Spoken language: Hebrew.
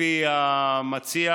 לפי המציע